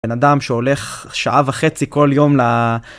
בן אדם שהולך שעה וחצי כל יום ל...